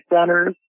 centers